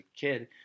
kid